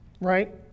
right